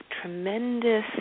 tremendous